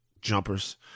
jumpers